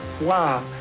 wow